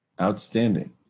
Outstanding